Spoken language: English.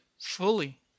fully